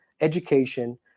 education